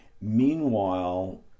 meanwhile